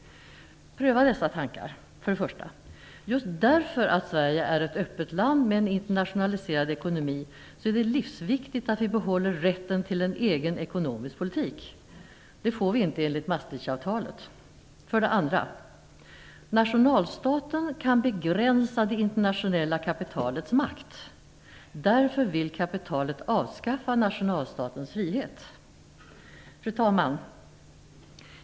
Pröva dessa tankar: 1. Just därför att Sverige är ett öppet land med en internationaliserad ekonomi är det livsviktigt att vi behåller rätten till en egen ekonomisk politik. Det får vi inte enligt Maastrichtavtalet. 2. Nationalstaten kan begränsa det internationella kapitalets makt. Därför vill kapitalet avskaffa nationalstatens frihet. Fru talman!